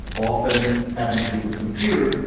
often having to do with computers,